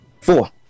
four